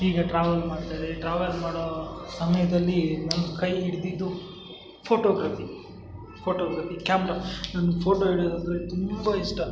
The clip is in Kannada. ಹೀಗೆ ಟ್ರಾವೆಲ್ ಮಾಡ್ತಾರೆ ಟ್ರಾವೆಲ್ ಮಾಡೋ ಸಮಯದಲ್ಲಿ ನನ್ನ ಕೈ ಹಿಡ್ದಿದ್ದು ಫೋಟೊಗ್ರಫಿ ಫೋಟೊಗ್ರಫಿ ಕ್ಯಾಮ್ರ ನನ್ಗೆ ಫೋಟೊ ಹಿಡಿಯೋದಂದರೆ ತುಂಬ ಇಷ್ಟ